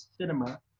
cinema